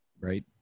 Right